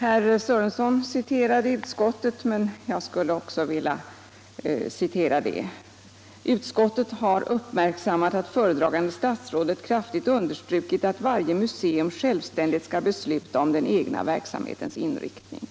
Herr Sörenson citerade utskottet, och det skall jag också göra: ”Utskottet har uppmärksammat att föredragande statsrådet kraftigt understrukit att varje museum självständigt skall besluta om den egna verksamhetens inriktning.”